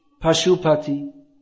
Pashupati